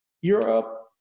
Europe